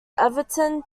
everton